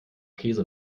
käse